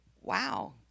wow